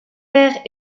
père